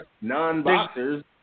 non-boxers